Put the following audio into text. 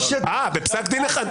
בפסק דין אחד.